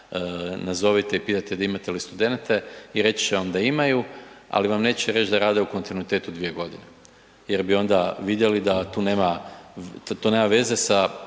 nazovite i pitajte imate li studente i reći će vam da imaju, ali vam neće reći da rade u kontinuitetu 2 godine jer bi onda vidjeli da tu nema, to